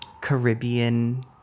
Caribbean